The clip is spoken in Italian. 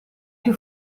più